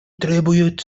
требует